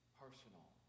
personal